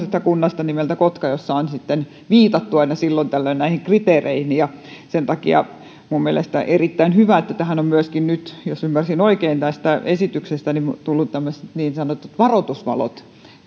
kunnasta nimeltä kotka jossa on viitattu aina silloin tällöin näihin kriteereihin sen takia minun mielestäni on erittäin hyvä että tähän on myöskin nyt jos ymmärsin oikein tästä esityksestä tullut niin sanotut varoitusvalot